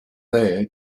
there